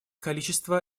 количество